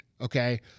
Okay